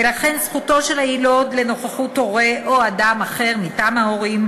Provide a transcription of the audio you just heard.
ולכן זכותו של היילוד לנוכחות הורה או אדם אחר מטעם ההורים,